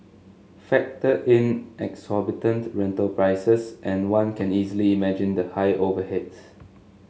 factor in exorbitant rental prices and one can easily imagine the high overheads